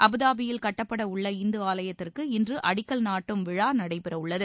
அபுதாபியில் கட்டப்படவுள்ள இந்து ஆவயத்திற்கு இன்று அடிக்கல் நாட்டும் விழா நடைபெறவுள்ளது